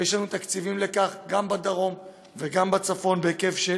ויש לנו תקציבים גם לדרום וגם לצפון בהיקף של